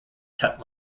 tut